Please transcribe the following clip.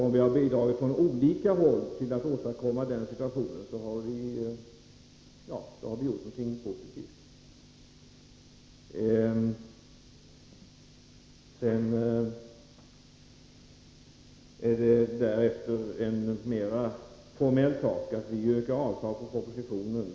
Om vi har bidragit från olika håll till att åstadkomma den situationen har vi gjort något positivt. Det är därefter en mer formell sak att vi yrkar avslag på propositionen.